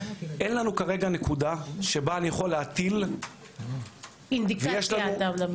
אין לנו כרגע נקודה שבה אני יכול להטיל --- אינדיקציה אתה מדבר.